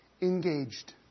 engaged